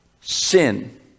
sin